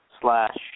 slash